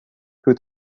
who